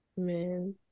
man